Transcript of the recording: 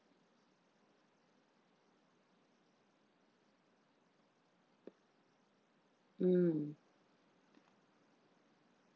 mm